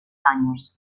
años